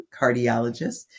cardiologist